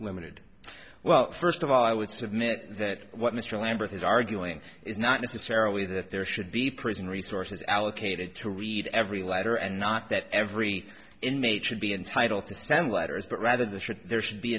limited well first of all i would submit that what mr lambert is arguing is not necessarily that there should be prison resources allocated to read every letter and not that every inmate should be entitled to send letters but rather the should there should be